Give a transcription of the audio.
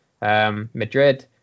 Madrid